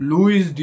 Luis